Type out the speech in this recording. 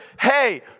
hey